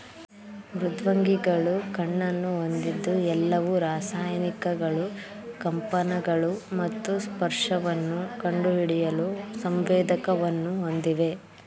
ಮೃದ್ವಂಗಿಗಳು ಕಣ್ಣನ್ನು ಹೊಂದಿದ್ದು ಎಲ್ಲವು ರಾಸಾಯನಿಕಗಳು ಕಂಪನಗಳು ಮತ್ತು ಸ್ಪರ್ಶವನ್ನು ಕಂಡುಹಿಡಿಯಲು ಸಂವೇದಕವನ್ನು ಹೊಂದಿವೆ